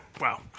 Wow